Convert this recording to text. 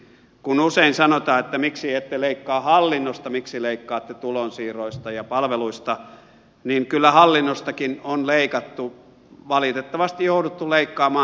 kun usein sanotaan että miksi ette leikkaa hallinnosta miksi leikkaatte tulonsiirroista ja palveluista niin kyllä hallinnostakin on leikattu valitettavasti on jouduttu leikkaamaan